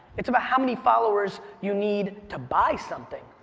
it's about how many followers you need to buy something.